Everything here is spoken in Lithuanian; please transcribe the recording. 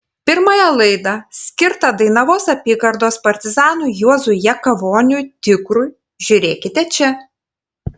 pirmąją laidą skirtą dainavos apygardos partizanui juozui jakavoniui tigrui žiūrėkite čia